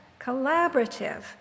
collaborative